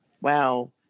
wow